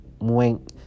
wink